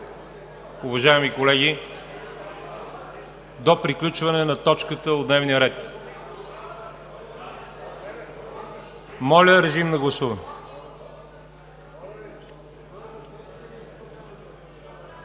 уважаеми колеги, до приключване на точката от дневния ред. Моля, гласувайте.